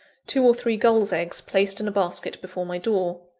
two or three gulls' eggs placed in a basket before my door.